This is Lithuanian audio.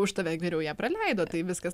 už tave geriau ją praleido tai viskas